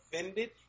offended